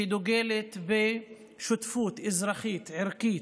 שדוגלת בשותפות אזרחית, ערכית,